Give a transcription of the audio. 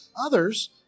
Others